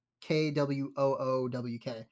K-W-O-O-W-K